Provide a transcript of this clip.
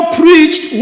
preached